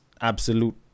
absolute